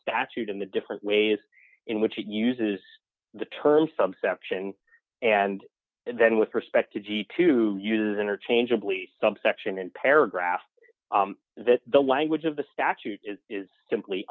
statute in the different ways in which it uses the term subsection and then with respect to g to use interchangeably subsection in paragraph that the language of the statute is simply